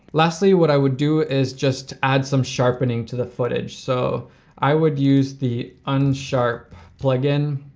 lastly, what i would do is just add some sharpening to the footage, so i would use the unsharp plugin,